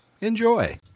Enjoy